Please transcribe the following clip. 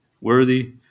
worthy